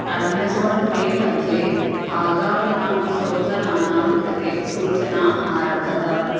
Amazon pay मध्ये आगामिनां शोधनानां कृते सूचनाम् आरभत